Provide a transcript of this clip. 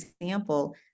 example